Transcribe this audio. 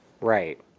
Right